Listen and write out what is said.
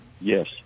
Yes